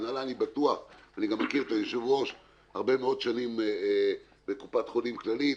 אני מכיר את היושב-ראש הרבה מאוד שנים בקופת חולים כללית,